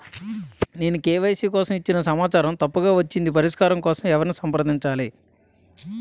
నేను కే.వై.సీ కోసం ఇచ్చిన సమాచారం తప్పుగా వచ్చింది పరిష్కారం కోసం ఎవరిని సంప్రదించాలి?